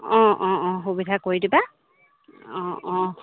অঁ অঁ অঁ সুবিধা কৰি দিবা অঁ অঁ